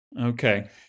Okay